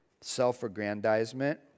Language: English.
self-aggrandizement